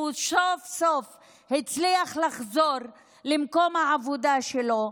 והוא סוף-סוף הצליח לחזור למקום העבודה שלו.